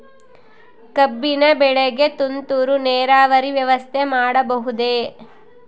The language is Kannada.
ಕಬ್ಬಿನ ಬೆಳೆಗೆ ತುಂತುರು ನೇರಾವರಿ ವ್ಯವಸ್ಥೆ ಮಾಡಬಹುದೇ?